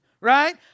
right